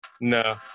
No